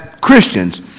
Christians